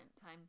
time